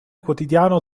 quotidiano